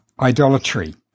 idolatry